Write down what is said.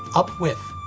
up with.